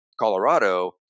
Colorado